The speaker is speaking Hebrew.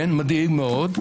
זה מדאיג מאוד.